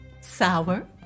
sour